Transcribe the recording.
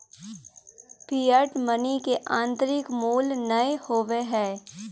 fiat money के आंतरिक मूल्य नय होबो हइ